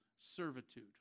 servitude